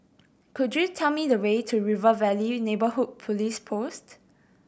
could you tell me the way to River Valley Neighbourhood Police Post